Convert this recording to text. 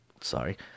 Sorry